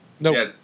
No